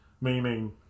meaning